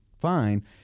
fine